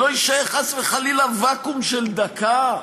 שלא יישאר חס וחלילה ואקום של דקה,